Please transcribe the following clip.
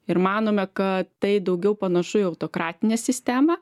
ir manome kad tai daugiau panašu į autokratinę sistemą